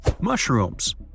Mushrooms